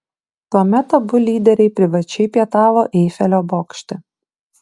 tuomet abu lyderiai privačiai pietavo eifelio bokšte